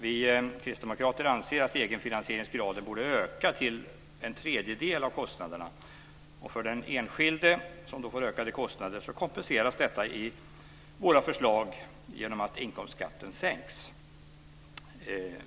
Vi kristdemokrater anser att egenfinansieringsgraden borde öka till en tredjedel av kostnaderna. För den enskilde, som då får ökade kostnader, kompenseras detta i våra förslag genom att inkomstskatten sänks.